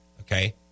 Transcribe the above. okay